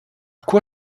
quoi